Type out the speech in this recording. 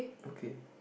okay